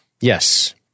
Yes